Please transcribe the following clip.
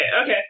okay